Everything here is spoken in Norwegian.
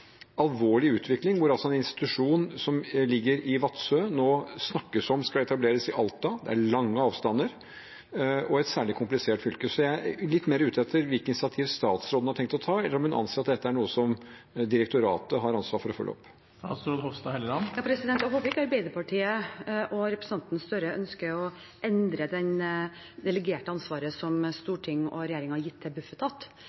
alvorlig utvikling hvor det nå snakkes om at en institusjon som ligger i Vadsø, skal etableres i Alta. Det er lange avstander og et særlig komplisert fylke. Jeg er litt mer ute etter hvilke initiativer statsråden har tenkt å ta – eller om hun anser at dette er noe direktoratet har tenkt å følge opp. Jeg håper ikke Arbeiderpartiet og representanten Gahr Støre ønsker å endre ansvaret som Stortinget og regjeringen har delegert til Bufetat. Det er ikke politiske vurderinger som